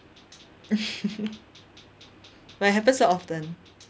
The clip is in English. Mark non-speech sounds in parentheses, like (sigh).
(laughs) but it happens so often